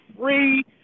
free